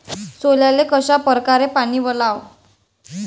सोल्याले कशा परकारे पानी वलाव?